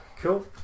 Cool